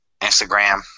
Instagram